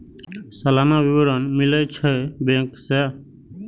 सलाना विवरण मिलै छै बैंक से?